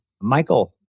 Michael